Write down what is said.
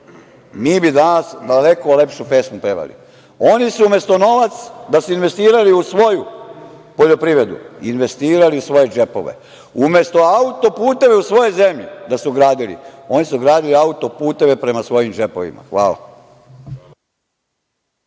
mi bismo danas daleko lepšu pesmu pevali. Oni umesto da su novac investirali u svoju poljoprivredu, oni su investirali u svoje džepove. Umesto autoputeve u svojoj zemlji da su gradili, oni su gradili autoputeve prema svojim džepovima. Hvala.